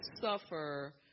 suffer